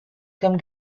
comme